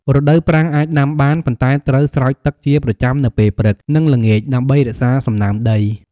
រដូវប្រាំង អាចដាំបាន ប៉ុន្តែត្រូវស្រោចទឹកជាប្រចាំនៅពេលព្រឹក និងល្ងាចដើម្បីរក្សាសំណើមដី។